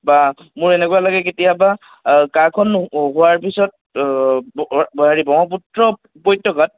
বা মোৰ এনেকুৱা লাগে কেতিয়াবা কা খন হোৱাৰ পিছত হেৰি ব্ৰহ্মপুত্ৰ উপত্যকাত